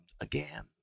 again